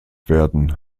werden